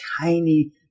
tiny